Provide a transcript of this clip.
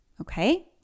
okay